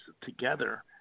together